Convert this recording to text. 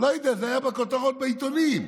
לא יודע, זה היה בכותרות בעיתונים.